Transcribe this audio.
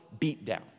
beatdown